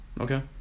Okay